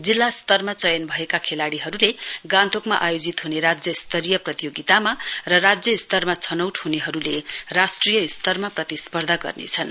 जिल्ला स्तरम चयन भएका खेलाडीहरूले गान्तोकमा आयोजित हुने राज्य स्तरीय प्रतियोगितामा र राज्य स्तरमा छनौट हुनेहरूले राष्ट्रिय स्तरमा प्रतिस्पर्धा गर्नेछन्